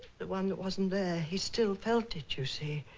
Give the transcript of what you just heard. the one that wasn't there. he still felt it you see